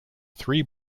three